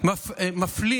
מפלים